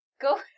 Go